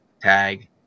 tag